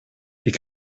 les